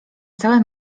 całe